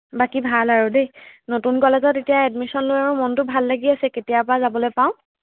বাকী ভাল আৰু দেই নতুন কলেজত এতিয়া এডমিশ্যন লৈও মনটো ভাল লাগি আছে কেতিয়াৰ পৰা যাবলৈ পাওঁ